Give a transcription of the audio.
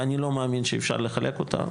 ואני לא מאמין שאפשר לחלק אותה,